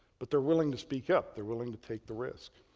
but they're willing to speak up. they're willing to take the risk.